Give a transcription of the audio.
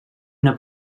una